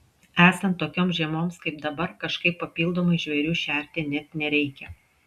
esant tokioms žiemoms kaip dabar kažkaip papildomai žvėrių šerti net nereikia